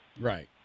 Right